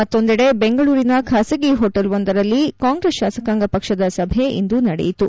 ಮತ್ತೊಂದೆಡೆ ಬೆಂಗಳೂರಿನ ಖಾಸಗಿ ಹೊಟೇಲ್ವೊಂದರಲ್ಲಿ ಕಾಂಗ್ರೆಸ್ ಶಾಸಕಾಂಗ ಪಕ್ಷದ ಸಭೆ ಇಂದು ನಡೆಯಿತು